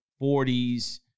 40s